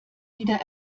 wieder